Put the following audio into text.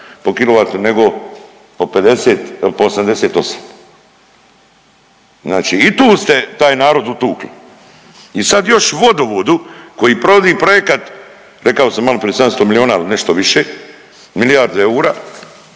po KW nego po 88, znači i tu ste taj narod utukli. I sad još vodovodu koji provodi projekat rekao sam maloprije 700 milijuna il nešto više, milijardu eura,